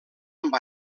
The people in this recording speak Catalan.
amb